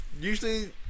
usually